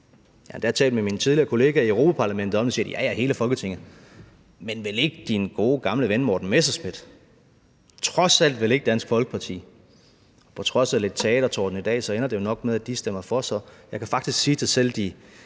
endda talt med mine tidligere kollega i Europa-Parlamentet om det, og så siger de: Ja, ja, hele Folketinget, men vel ikke din gode gamle ven Morten Messerschmidt; trods alt vel ikke Dansk Folkeparti. På trods af lidt teatertorden i dag ender det jo nok med, at de stemmer for, så jeg kan faktisk sige til selv de